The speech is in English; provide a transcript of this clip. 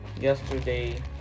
yesterday